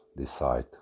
decide